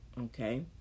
okay